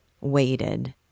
waited